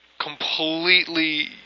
completely